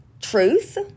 truth